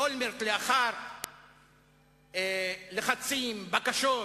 אולמרט לאחר לחצים, בקשות,